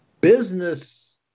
business